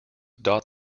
dot